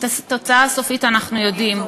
את התוצאה הסופית אנחנו יודעים,